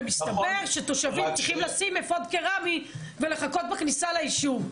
ומסתבר שתושבים צריכים לשים אפוד קרמי ולחכות בכניסה ליישוב,